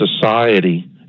society